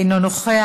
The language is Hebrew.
אינו נוכח,